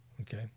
okay